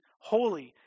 holy